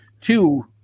Two